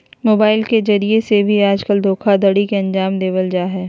mobile के जरिये से भी आजकल धोखाधडी के अन्जाम देवल जा हय